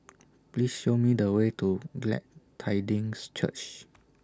Please Show Me The Way to Glad Tidings Church